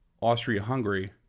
Austria-Hungary